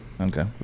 Okay